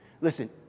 Listen